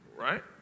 Right